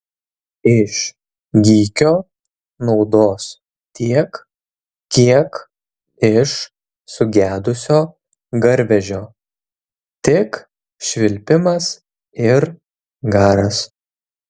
iš gykio naudos tiek kiek iš sugedusio garvežio tik švilpimas ir garas